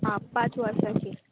आं पांच वर्सांची